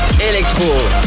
Electro